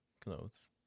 clothes